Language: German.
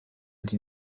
die